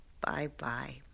Bye-bye